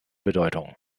bedeutung